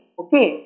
okay